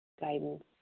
guidance